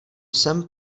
jsem